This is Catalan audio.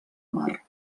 mar